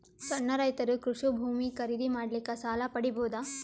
ಸಣ್ಣ ರೈತರು ಕೃಷಿ ಭೂಮಿ ಖರೀದಿ ಮಾಡ್ಲಿಕ್ಕ ಸಾಲ ಪಡಿಬೋದ?